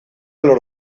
lor